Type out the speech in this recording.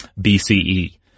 BCE